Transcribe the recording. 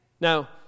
Now